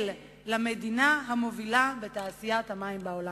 למדינה המובילה בתעשיית המים בעולם.